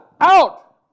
out